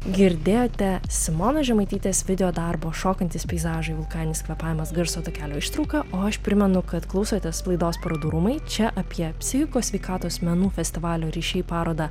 girdėjote simonos žemaitytės videodarbo šokantys peizažai vulkaninis kvėpavimas garso takelio ištrauką o aš primenu kad klausotės laidos parodų rūmai čia apie psichikos sveikatos menų festivalio ryšiai parodą